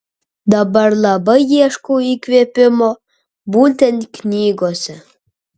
dabar labai ieškau įkvėpimo būtent knygose